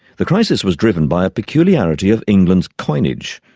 the crisis was driven by a peculiarity of england's coinage,